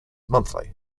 monthly